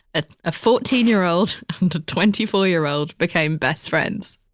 ah a fourteen year old and a twenty four year old became best friends